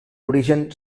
origen